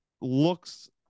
looks